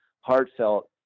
heartfelt